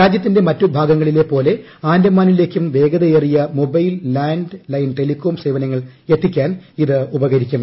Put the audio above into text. രാജ്യത്തിന്റെ മറ്റു ഭാഗങ്ങളിലെ പോലെ ആന്റമാനിലേയ്ക്കും വേഗതയേറിയ മൊബൈൽ ലാൻഡ് ലൈൻ ടെലികോം സേവനങ്ങൾ എത്തിക്കാൻ ഇത് ഉപകരിക്കും